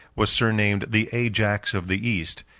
was surnamed the ajax of the east,